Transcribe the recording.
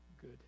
good